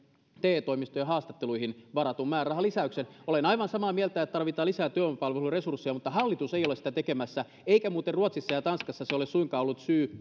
te toimistojen haastatteluihin varatun määrärahalisäyksen olen aivan samaa mieltä että työvoimapalveluihin tarvitaan lisää resursseja mutta hallitus ei ole sitä tekemässä eikä se muuten ole ruotsissa ja tanskassa suinkaan ollut syy